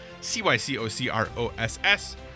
C-Y-C-O-C-R-O-S-S